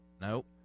Nope